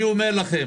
אחד ממנועי